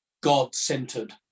God-centered